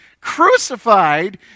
crucified